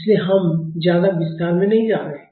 इसलिए हम ज्यादा विस्तार में नहीं जा रहे हैं